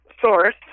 source